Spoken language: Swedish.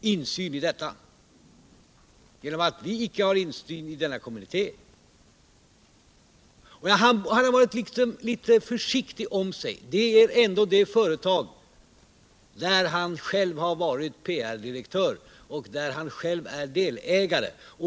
insyn i denna kommitté. Han borde ha varit litet mer försiktig. Det gäller ju ändå ett företag, där han själv varit PR-direktör och i vilket han själv är delägare.